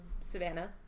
savannah